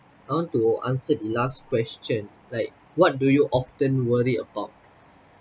I want to answer the last question like what do you often worry about